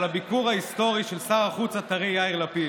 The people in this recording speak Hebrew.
הביקור ההיסטורי של שר החוץ הטרי יאיר לפיד,